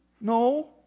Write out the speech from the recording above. No